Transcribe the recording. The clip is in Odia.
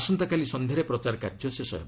ଆସନ୍ତାକାଲି ସନ୍ଧ୍ୟାରେ ପ୍ରଚାର କାର୍ଯ୍ୟ ଶେଷ ହେବ